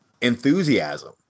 enthusiasm